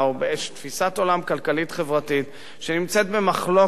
בתפיסת עולם כלכלית-חברתית שנמצאת במחלוקת